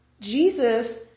Jesus